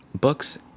books